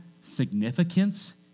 significance